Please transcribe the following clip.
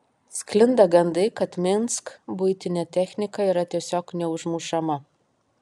sklinda gandai kad minsk buitinė technika yra tiesiog neužmušama